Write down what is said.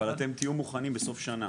אבל אתם תהיו מוכנים בסוף השנה.